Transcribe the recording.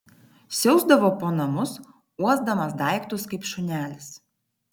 siausdavo po namus uosdamas daiktus kaip šunelis